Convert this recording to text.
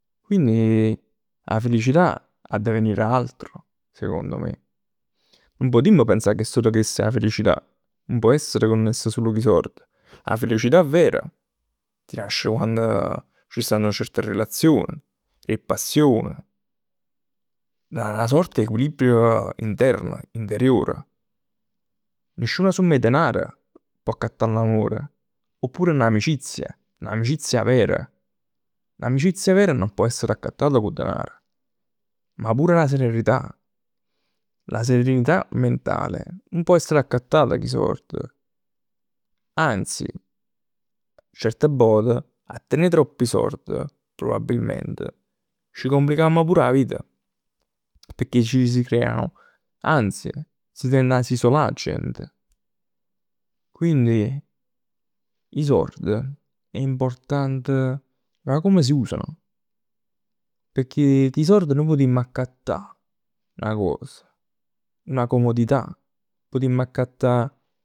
Quindi 'a felicità adda venì da altro secondo me. Nun putimm pensà che sul chest è 'a felicità. Nun pò essere connessa sul cu 'e sord. 'A felicità vera ti nasce quann ci stanno certe relazioni, d' 'e passion. Da na sorta 'e equilibrio interno, interiore. Nisciuna somma 'e denaro pò accattà l'amore. Oppure n'amicizia. N'amicizia vera. N'amicizia vera nun pò essere accattata cu 'o denaro. Ma pure 'a serenità. La serenità mentale nun pò essere accattata cu 'e sord. Anzi, certe vvote, a tenè troppi sord probabilmente ci complicamm pure 'a vita. Pecchè si creano, anzi si tendono 'a isolà 'a gente. Quindi i sord è importante da come si usano. Pecchè cu 'e sord nuje putimm accattà 'na cosa, una comodità. Putimm accattà